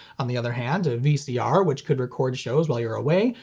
on the other hand, a vcr which could record shows while you're away,